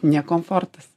ne komfortas